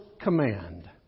command